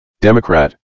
Democrat